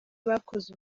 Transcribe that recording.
bakoze